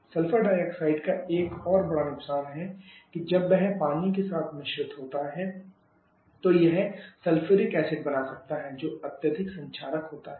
sulphur dioxide का एक और बड़ा नुकसान है कि जब यह पानी के साथ मिश्रित होता है तो यह सल्फ्यूरिक एसिड बना सकता है जो अत्यधिक संक्षारक होता है